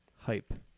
hype